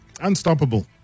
unstoppable